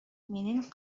менен